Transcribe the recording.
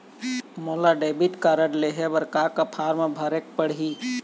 मोला debit card लेहे बर का का फार्म भरेक पड़ही?